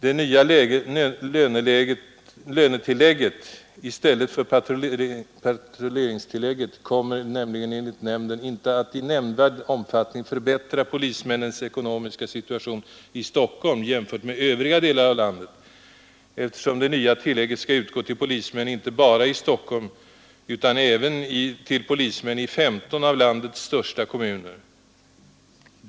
Det nya lönetillägget i stället för patrulleringstillägget kommer nämligen enligt nämnden inte att i nämnvärd omfattning förbättra polismännens ekonomiska situation i Stockholm jämfört med övriga delar av landet, eftersom det nya tillägget skall utgå inte bara till polismän i Stockholm utan även till polismän i 15 av landets största kommuner.